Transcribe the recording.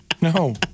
No